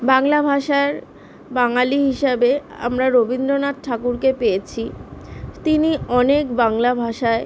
বাংলা ভাষার বাঙালি হিসাবে আমরা রবীন্দ্রনাথ ঠাকুরকে পেয়েছি তিনি অনেক বাংলা ভাষায়